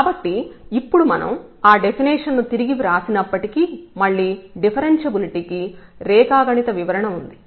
కాబట్టి ఇప్పుడు మనం ఆ డెఫినిషన్ ను తిరిగి వ్రాసినప్పటికీ మళ్లీ డిఫరెన్షబులిటీ కి రేఖాగణిత వివరణ ఉంది